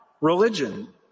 religion